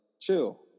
chill